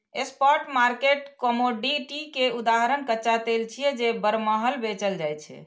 spot market commodity के उदाहरण कच्चा तेल छियै, जे बरमहल बेचल जाइ छै